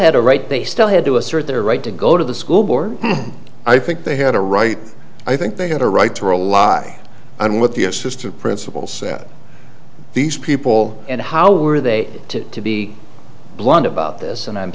had a right they still had to assert their right to go to the school board i think they had a right i think they had a right to rely on what the assistant principal said these people and how were they to to be blunt about this and i'm